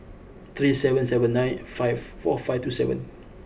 three seven seven nine four five two seven